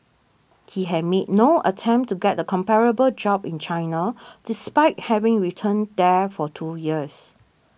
he had made no attempt to get a comparable job in China despite having returned there for two years